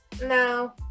no